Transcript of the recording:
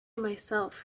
myself